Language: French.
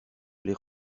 les